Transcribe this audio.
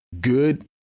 good